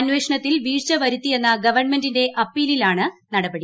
അന്വേഷണത്തിൽ വീഴ്ച വരുത്തിയെന്ന ഗവൺമെന്റിന്റെ അപ്പീലിലാണ് നടപടി